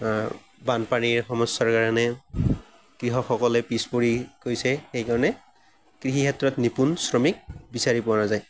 বানপানীৰ সমস্যাৰ কাৰণে কৃষকসকলে পিছপৰি গৈছে সেইকাৰণে কৃষিক্ষেত্ৰত নিপুণ শ্ৰমিক বিচৰি পোৱা নাযায়